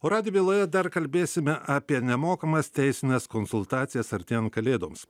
o radijo byloje dar kalbėsime apie nemokamas teisines konsultacijas artėjan kalėdoms